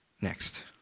next